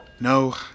No